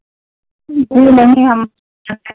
जी नहीं हम